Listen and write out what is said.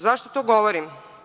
Zašto to govorim?